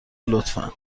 لطفا